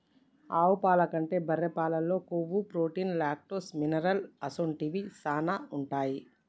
ఆవు పాల కంటే బర్రె పాలల్లో కొవ్వు, ప్రోటీన్, లాక్టోస్, మినరల్ అసొంటివి శానా ఉంటాయి